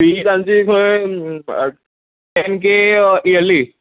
fee तांची खंय ten K yearly